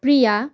प्रिया